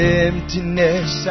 emptiness